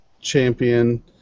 champion